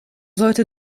sollte